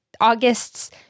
August's